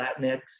Latinx